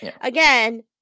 again